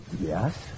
Yes